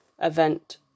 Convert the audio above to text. event